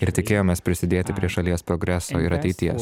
ir tikėjomės prisidėti prie šalies progreso ir ateities